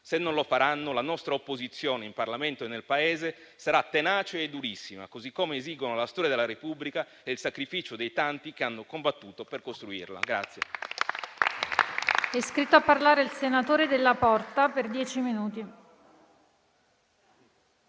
Se non lo faranno, la nostra opposizione in Parlamento e nel Paese sarà tenace e durissima, così come esigono la storia della Repubblica e il sacrificio dei tanti che hanno combattuto per costruirla.